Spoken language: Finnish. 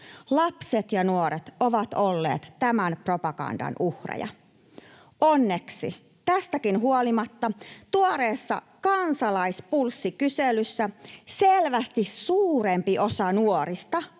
lapset ja nuoret ovat olleet tämän propagandan uhreja. Onneksi tästäkin huolimatta tuoreessa Kansalaispulssi-kyselyssä selvästi suurempi osa nuorista